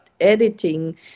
editing